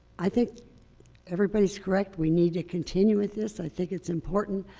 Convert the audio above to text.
i think everybody's correct we need to continue with this. i think it's important.